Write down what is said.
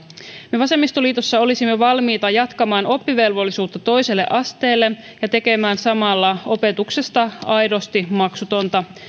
me vasemmistoliitossa olisimme valmiita jatkamaan oppivelvollisuutta toiselle asteelle ja tekemään samalla opetuksesta aidosti maksutonta